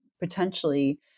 potentially